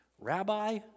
Rabbi